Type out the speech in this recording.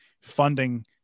funding